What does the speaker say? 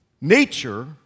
Nature